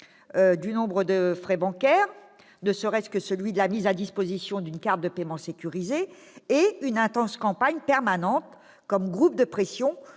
de nombre de frais bancaires, ne serait-ce que ceux qui sont liés à la mise à disposition d'une carte de paiement sécurisée, et une intense campagne permanente en tant que « groupe de pression